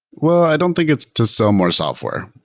well, i don't think it's to sell more software.